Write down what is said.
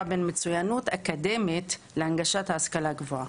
בין מצוינות אקדמית להנגשת ההשכלה הגבוהה.